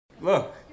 Look